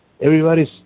Everybody's